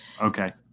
Okay